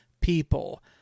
people